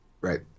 Right